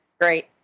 great